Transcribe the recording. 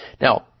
now